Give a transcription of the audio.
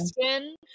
skin